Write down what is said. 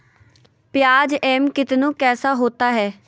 प्याज एम कितनु कैसा होता है?